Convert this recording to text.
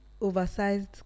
Oversized